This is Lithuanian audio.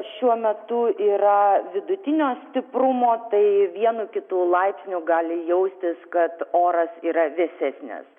šiuo metu yra vidutinio stiprumo tai vienu kitu laipsniu gali jaustis kad oras yra vėsesnis